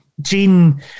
gene